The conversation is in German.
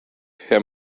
herr